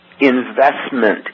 investment